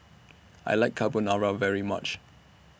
I like Carbonara very much